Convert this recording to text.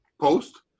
post